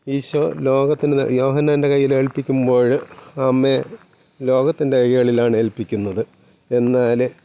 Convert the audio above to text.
ഈശോ ലോകത്തിനെ യോഹന്നാൻ്റെ കയ്യിൽ ഏല്പിക്കുമ്പോള് അമ്മയെ ലോകത്തിൻ്റെ കൈകളിലാണ് ഏൽപ്പിക്കുന്നത് എന്നാല്